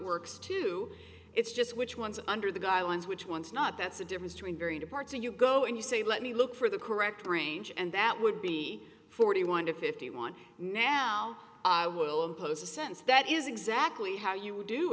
works too it's just which ones under the guidelines which once not that's a difference between very departing you go and you say let me look for the correct range and that would be forty one to fifty want now i will impose a sense that is exactly how you would do